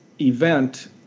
event